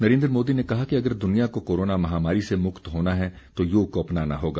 नरेन्द्र मोदी ने कहा कि अगर दुनिया को कोरोना महामारी से मुक्त होना है तो योग को अपनाना होगा